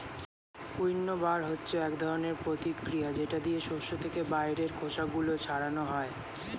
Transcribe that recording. উইন্নবার হচ্ছে এক ধরনের প্রতিক্রিয়া যেটা দিয়ে শস্য থেকে বাইরের খোসা গুলো ছাড়ানো হয়